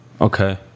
Okay